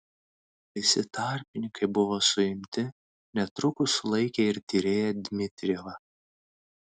visi tarpininkai buvo suimti netrukus sulaikė ir tyrėją dmitrijevą